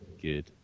good